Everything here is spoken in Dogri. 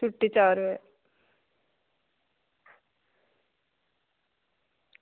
छुट्टी चार बजे